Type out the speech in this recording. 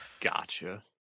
gotcha